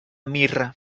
mirra